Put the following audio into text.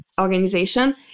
organization